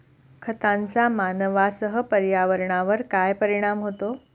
खतांचा मानवांसह पर्यावरणावर काय परिणाम होतो?